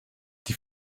die